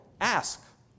Ask